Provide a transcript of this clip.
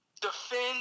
defend